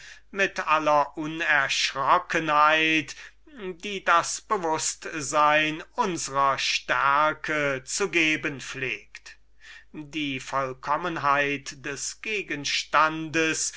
mit aller unerschrockenheit welche ihr das bewußtsein ihrer stärke geben konnte die vollkommenheit des gegenstandes